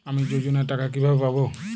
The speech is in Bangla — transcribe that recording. আমি যোজনার টাকা কিভাবে পাবো?